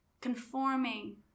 conforming